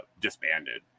disbanded